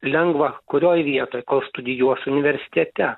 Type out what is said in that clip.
lengva kurioj vietoj kol studijuos universitete